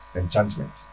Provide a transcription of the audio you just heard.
enchantment